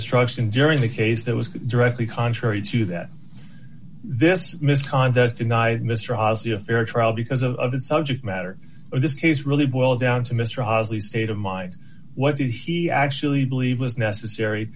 instruction during the case that was directly contrary to that this misconduct denied mr hosty a fair trial because of that subject matter of this case really boil down to mr hosley state of mind what did he actually believe was necessary